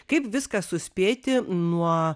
kaip viską suspėti nuo